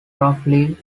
roughly